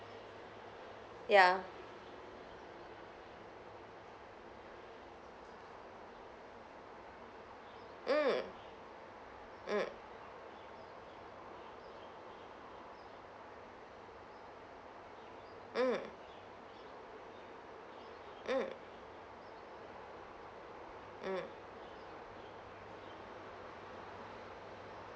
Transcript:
ya mm mm mm mm mm